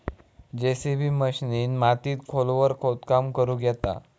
JCB मशिनीन मातीत खोलवर खोदकाम करुक येता